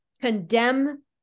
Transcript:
condemn